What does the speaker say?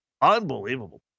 Unbelievable